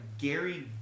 Gary